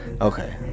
Okay